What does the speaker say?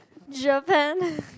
Japan